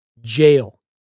Jail